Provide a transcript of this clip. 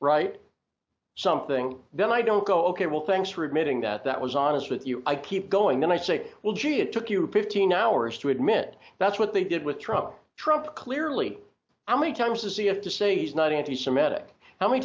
right something then i don't go ok well thanks for admitting that that was honest with you i keep going when i say well gee it took you a fifteen hours to admit that's what they did with trump trump clearly how many times to see if to say he's not anti semitic how many